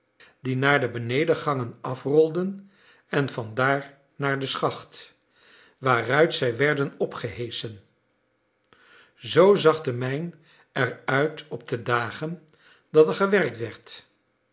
die naar de benedengangen afrolden en vandaar naar de schacht waaruit zij werden opgeheschen zoo zag de mijn er uit op de dagen dat er gewerkt werd